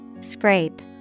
Scrape